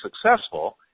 successful